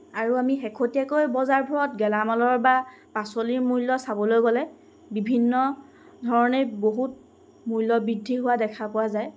আৰু আমি শেহতীয়াকৈ বজাৰবোৰত গেলামালৰ বা পাচলিৰ মূল্য চাবলৈ গ'লে বিভিন্ন ধৰণে বহুত মূল্যবৃদ্ধি হোৱা দেখা পোৱা যায়